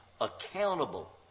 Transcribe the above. accountable